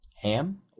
Ham